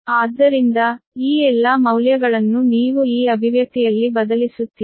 ಆದ್ದರಿಂದ ಈ ಎಲ್ಲಾ ಮೌಲ್ಯಗಳನ್ನು ನೀವು ಈ ಅಭಿವ್ಯಕ್ತಿಯಲ್ಲಿ ಬದಲಿಸುತ್ತೀರಿ